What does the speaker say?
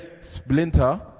Splinter